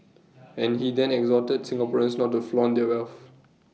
and he then exhorted Singaporeans not to flaunt their wealth